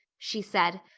she said.